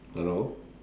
hello